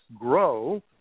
grow